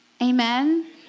Amen